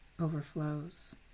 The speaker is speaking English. overflows